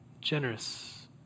generous